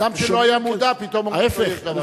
אדם שלא היה מודע, פתאום הוא יודע שיש